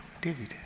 David